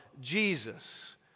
Jesus